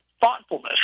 thoughtfulness